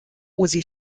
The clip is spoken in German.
osi